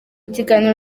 kiganiro